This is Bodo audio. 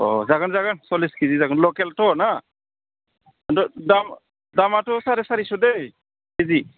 अ जागोन जागोन सल्लिस खेजि लकेलथ' ना दामाथ' साराय सारिस' दै खेजि